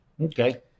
Okay